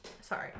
Sorry